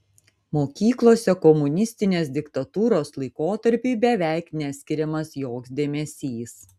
mokyklose komunistinės diktatūros laikotarpiui beveik neskiriamas joks dėmesys